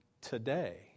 today